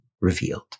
revealed